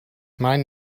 mein